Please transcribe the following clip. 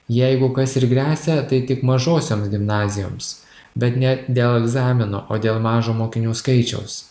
jeigu kas ir gresia tai tik mažosioms gimnazijoms bet ne dėl egzamino o dėl mažo mokinių skaičiaus